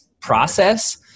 process